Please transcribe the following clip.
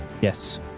Yes